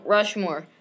Rushmore